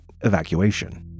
evacuation